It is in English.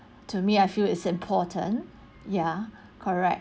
to me I feel is important ya correct